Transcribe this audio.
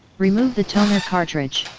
remove the toner cartridge.